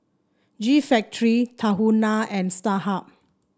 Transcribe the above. G Factory Tahuna and Starhub